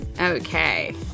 Okay